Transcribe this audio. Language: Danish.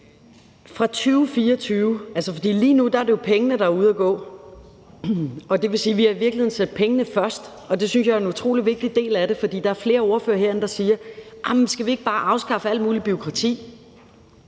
det. Kl. 18:58 Lige nu er det jo pengene, der er ude at virke. Det vil sige, at vi i virkeligheden har sat pengene først. Det synes jeg er en utrolig vigtig del af det. For der er flere ordførere herinde, der siger: Jamen skal vi ikke bare afskaffe alt muligt bureaukrati?